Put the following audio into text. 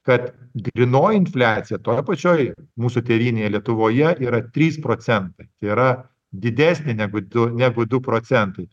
kad grynoji infliacija toj pačioj mūsų tėvynėje lietuvoje yra trys procentai yra didesnė negu du negu du procentai